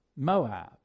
Moab